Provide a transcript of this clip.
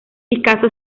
picasso